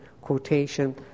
quotation